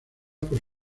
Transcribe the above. por